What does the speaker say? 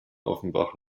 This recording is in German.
offenbach